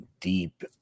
deep